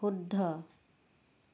শুদ্ধ